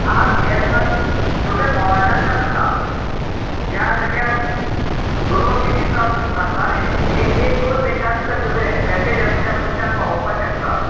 आज हे तुका सगळें मोबायलांतल्यान जाता ज्या जाग्यार दो दोन तीन तीन तास लागताले थंय एक दोन मिनटान भितर सगळें मेसेज आमी त्या मनशांक पावोवपा शकतात